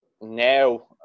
now